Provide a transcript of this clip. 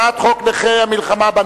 צריכה להיות